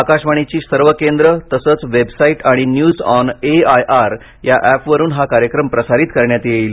आकाशवाणीची सर्व केंद्र तसंच वेबसाईट आणि न्यूजऑन ए आय आर या ऍपवरुन हा कार्यक्रम प्रसारित करण्यात येईल